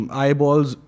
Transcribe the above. eyeballs